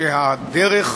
שהדרך